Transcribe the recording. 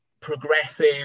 progressive